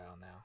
now